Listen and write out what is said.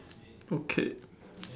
okay